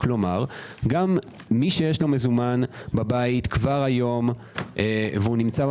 כלומר גם מי שיש לו מזומן בבית היום והוא נמצאים